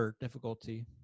difficulty